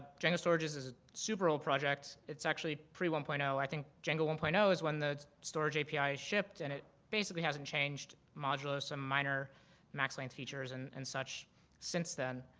django storages is a super old project. it's actually pre one point zero. i think django one point zero is when the storage api shipped and it basically hasn't changed, modular, some minor max lane features and and such since then,